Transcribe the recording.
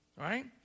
right